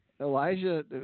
Elijah